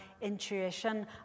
intuition